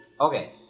Okay